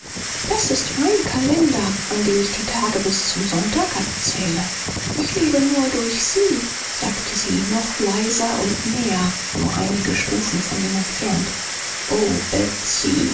das ist mein kalender an dem ich die tage bis zum sonntag abzähle ich lebe nur durch sie sagte sie noch leiser und näher nur einige stufen von ihm entfernt o betsy